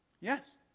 Yes